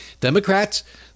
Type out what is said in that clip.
Democrats